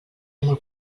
molt